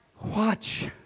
Watch